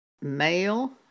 male